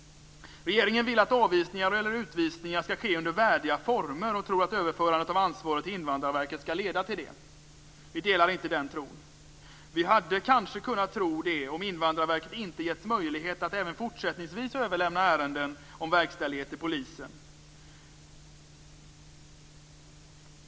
Regeringen vill att avvisningar eller utvisningar skall ske under värdiga former och tror att överförandet av ansvaret till Invandrarverket skall leda till det. Vi delar inte den tron. Vi hade kanske kunnat tro det om Invandrarverket inte getts möjlighet att även fortsättningsvis överlämna ärenden om verkställighet till polisen.